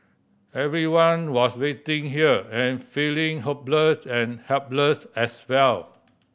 everyone was waiting here and feeling hopeless and helpless as well